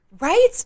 Right